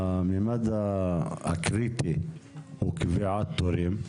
המימד הקריטי הוא קביעת תורים,